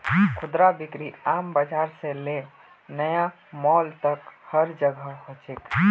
खुदरा बिक्री आम बाजार से ले नया मॉल तक हर जोगह हो छेक